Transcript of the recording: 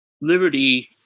liberty